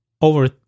over